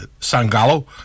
Sangalo